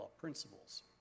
principles